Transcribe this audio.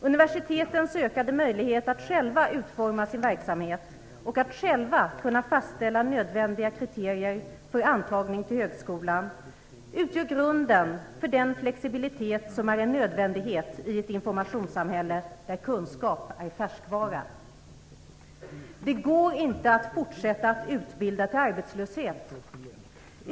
Universitetens ökade möjlighet att själva utforma sin verksamhet och att själva kunna fastställa nödvändiga kriterier för antagning till högskolan utgör grunden för den flexibilitet som är en nödvändighet i ett informationssamhälle där kunskap är färskvara. Det går inte att fortsätta att utbilda till arbetslöshet.